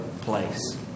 place